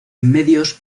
medios